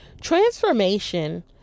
Transformation